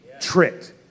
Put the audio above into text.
tricked